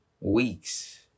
weeks